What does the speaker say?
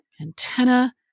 antenna